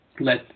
let